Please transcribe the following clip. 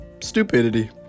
stupidity